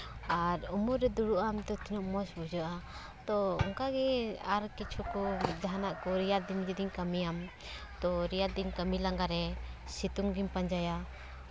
ᱟᱨ ᱩᱢᱩᱞ ᱨᱮ ᱫᱩᱲᱩᱵ ᱟᱢ ᱛᱳ ᱛᱤᱱᱟᱹᱜ ᱢᱚᱡᱽ ᱵᱩᱡᱷᱟᱹᱜᱼᱟ ᱛᱚ ᱚᱱᱠᱟᱜᱮ ᱟᱨ ᱠᱤᱪᱷᱩ ᱠᱚ ᱡᱟᱦᱟᱱᱟᱜ ᱠᱚ ᱨᱮᱭᱟᱨ ᱫᱤᱱ ᱡᱚᱫᱤᱧ ᱠᱟᱹᱢᱤᱭᱟᱢ ᱛᱳ ᱨᱮᱭᱟᱲ ᱫᱤᱱ ᱠᱟᱹᱢᱤ ᱞᱟᱸᱜᱟ ᱨᱮ ᱥᱤᱛᱩᱝ ᱜᱮᱢ ᱯᱟᱸᱡᱟᱭᱟ